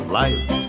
life